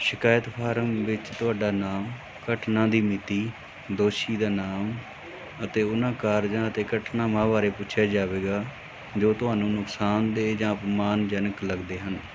ਸ਼ਿਕਾਇਤ ਫਾਰਮ ਵਿੱਚ ਤੁਹਾਡਾ ਨਾਮ ਘਟਨਾ ਦੀ ਮਿਤੀ ਦੋਸ਼ੀ ਦਾ ਨਾਮ ਅਤੇ ਉਹਨਾਂ ਕਾਰਜਾਂ ਅਤੇ ਘਟਨਾਵਾਂ ਬਾਰੇ ਪੁੱਛਿਆ ਜਾਵੇਗਾ ਜੋ ਤੁਹਾਨੂੰ ਨੁਕਸਾਨਦੇਹ ਜਾਂ ਅਪਮਾਨਜਨਕ ਲੱਗਦੇ ਹਨ